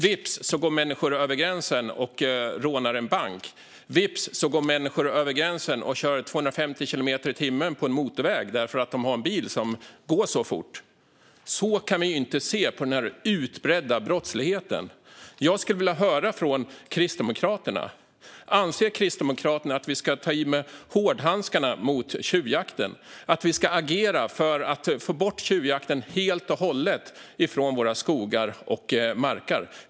Vips så går människor över gränsen och rånar en bank. Vips så går människor över gränsen och kör 250 kilometer i timmen på en motorväg för att de har en bil som går så fort. Så kan vi ju inte se på den utbredda brottsligheten. Jag skulle vilja höra vad Kristdemokraterna tycker. Anser Kristdemokraterna att vi ska ta i med hårdhandskarna mot tjuvjakten? Ska vi agera för att få bort tjuvjakten helt och hållet från skog och mark?